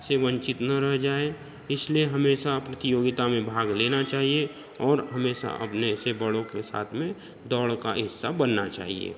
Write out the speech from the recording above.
से वंचित न रह जाए इसलिए हमेशा प्रतियोगिता में भाग लेना चाहिए और हमेशा अपने से बड़ों के साथ में दौड़ का हिस्सा बनना चाहिए